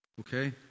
Okay